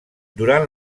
durant